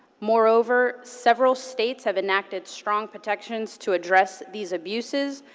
moreover, several states have enacted strong protections to address these abuses.